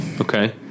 Okay